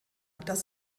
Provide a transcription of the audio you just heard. das